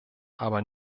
aber